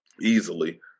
easily